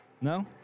No